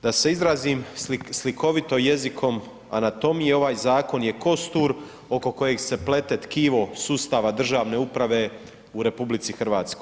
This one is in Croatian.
Da se izrazim slikovito jezikom anatomije ovaj zakon je kostur oko kojeg se plete tkivo sustava državne uprave u RH.